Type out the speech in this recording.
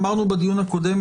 אמרנו בדיון הקודם,